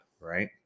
Right